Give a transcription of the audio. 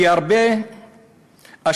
כי הרבה אשפה,